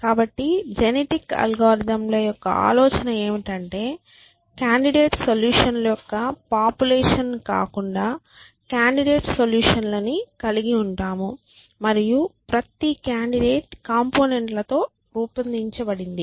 కాబట్టి జెనెటిక్ అల్గోరిథంల యొక్క ఆలోచన ఏమిటంటే కాండిడేట్ సొల్యూషన్ ల యొక్క పాపులేషన్ కాకుండా కాండిడేట్ సొల్యూషన్ లని కలిగి ఉంటాము మరియు ప్రతి కాండిడేట్ కంపోనెంట్లతో రూపొందించబడింది